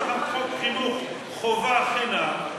תחת חוק חינוך חובה חינם,